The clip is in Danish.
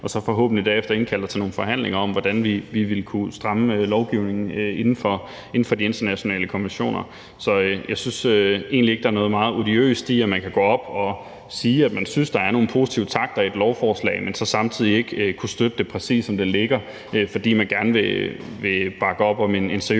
og så forhåbentlig derefter indkalde til nogle forhandlinger om, hvordan vi ville kunne stramme lovgivningen inden for de internationale konventioner. Så jeg synes egentlig ikke, der er noget meget odiøst i, at man kan gå op og sige, at man synes, der er nogle positive takter i et lovforslag, men så samtidig ikke kan støtte det, præcis som det ligger, fordi man gerne vil bakke op om en seriøs